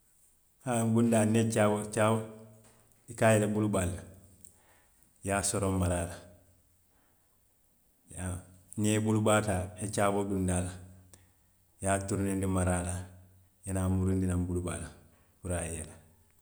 I ye a loŋ bundaa niŋ ye caaboo caaboo i ka yele bulubaa le la, a ye a soroŋ maraa la, niŋ i ye bulubaa taa, i ye caaboo dunndi a la, i ye a turuneendi maraa la, i ye naa muruundi naŋ bulubaa la puru a ye yele